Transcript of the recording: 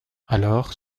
alors